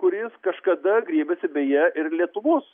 kuris kažkada griebėsi beje ir lietuvos